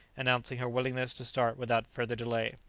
announcing her willingness to start without further delay.